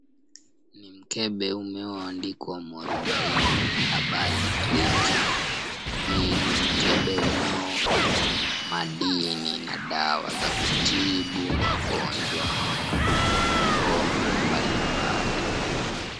Ni mkebe umeandikwa Mwarubaini Herbal Drink , hii ni mkebe unao madini na dawa za kutibu wagonjwa ambao wana ugonjwa mbalimbali.